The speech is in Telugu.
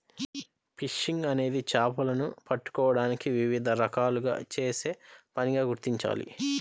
ఫిషింగ్ అనేది చేపలను పట్టుకోవడానికి వివిధ రకాలుగా చేసే పనిగా గుర్తించాలి